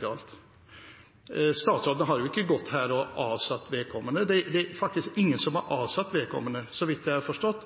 galt. Statsråden har jo ikke gått her og avsatt vedkommende. Det er faktisk ingen som har avsatt vedkommende. Så vidt jeg har forstått,